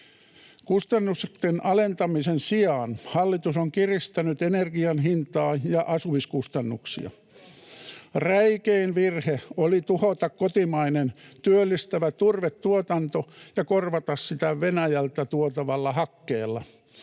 Kustannusten alentamisen sijaan hallitus on kiristänyt energian hintaa ja asumiskustannuksia. [Pia Viitasen välihuuto] Räikein virhe oli tuhota kotimainen, työllistävä turvetuotanto ja korvata sitä Venäjältä tuotavalla hakkeella.